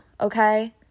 Okay